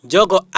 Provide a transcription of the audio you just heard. Jogo